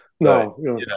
No